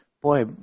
Boy